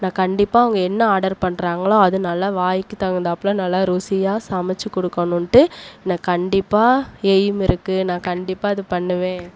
நான் கண்டிப்பாக அவங்க என்ன ஆடர் பண்றாங்களோ அது நல்லா வாய்க்கு தகுந்தாப்புல நல்லா ருசியாக சமைத்து கொடுக்கணுன்ட்டு நான் கண்டிப்பாக எய்ம் இருக்குது நான் கண்டிப்பாக அது பண்ணுவேன்